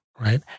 right